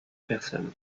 personne